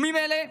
וממילא,